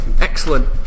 Excellent